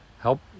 help